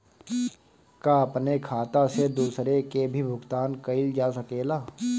का अपने खाता से दूसरे के भी भुगतान कइल जा सके ला?